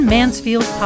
Mansfield